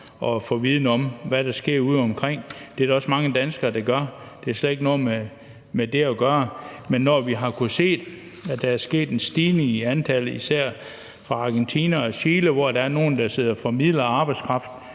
og få viden om, hvad der sker udeomkring. Det er der også mange danskere der gør. Det har slet ikke noget med det at gøre, men vi har kunnet se, at der er sket en stigning i antallet, især fra Argentina og Chile, hvor der er nogle, der sidder og formidler arbejdskraft